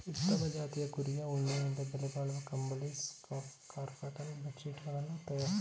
ಉತ್ತಮ ಜಾತಿಯ ಕುರಿಯ ಉಣ್ಣೆಯಿಂದ ಬೆಲೆಬಾಳುವ ಕಂಬಳಿ, ಸ್ಕಾರ್ಫ್ ಕಾರ್ಪೆಟ್ ಬೆಡ್ ಶೀಟ್ ಗಳನ್ನು ತರಯಾರಿಸ್ತರೆ